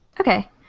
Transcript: Okay